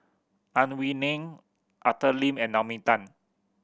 Ang Wei Neng Arthur Lim and Naomi Tan